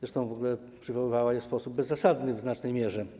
Zresztą w ogóle przywoływała je w sposób bezzasadny w znacznej mierze.